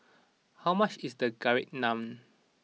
how much is Garlic Naan